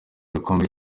igikombe